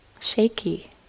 shaky